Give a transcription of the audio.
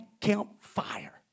campfire